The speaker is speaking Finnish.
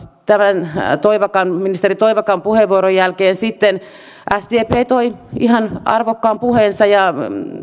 tämän ministeri toivakan puheenvuoron jälkeen sitten sdp toi ihan arvokkaan puheensa ja